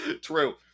True